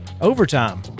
overtime